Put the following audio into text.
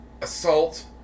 assault